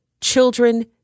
children